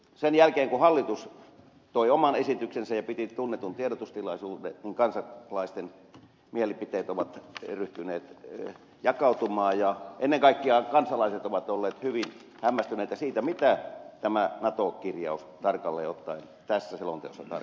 sen jälkeen kun hallitus toi oman esityksensä ja piti tunnetun tiedotustilaisuuden niin kansalaisten mielipiteet ovat eriytyneet jakautumaan ja ennen kaikkea kansalaiset ovat olleet hyvin hämmästyneitä siitä mitä tämä nato kirjaus tarkalleen ottaen tässä selonteossa tarkoittaa